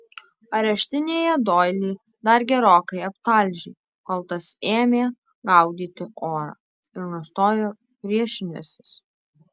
areštinėje doilį dar gerokai aptalžė kol tas ėmė gaudyti orą ir nustojo priešinęsis